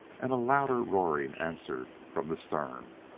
and a louder roaring answered from the stern.